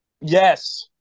Yes